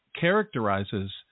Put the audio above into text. characterizes